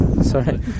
Sorry